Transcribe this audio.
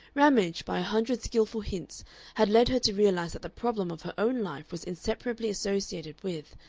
ramage, by a hundred skilful hints had led her to realize that the problem of her own life was inseparably associated with,